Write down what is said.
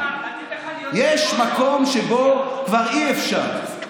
יש מקום שבו כבר אי-אפשר.